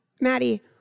Maddie